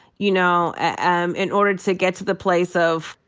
you know? and in order to get to the place of,